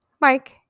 mike